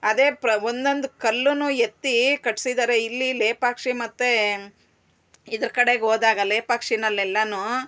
ಅದೆ ಪ್ರ ಒನ್ನೊಂದು ಕಲ್ಲನ್ನು ಎತ್ತಿ ಕಟ್ಟಿಸಿದಾರೆ ಇಲ್ಲಿ ಲೇಪಾಕ್ಷಿ ಮತ್ತು ಇದ್ರ ಕಡೆಗೆ ಹೋದಾಗ ಲೇಪಾಕ್ಷಿನಲ್ಲೆಲ್ಲ